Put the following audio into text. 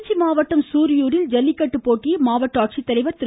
திருச்சி மாவட்டம் சூரியூரில் ஜல்லிக்கட்டு போட்டியை மாவட்ட ஆட்சித்தலைவா் திரு